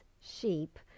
sheep